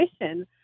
mission